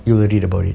you will read about it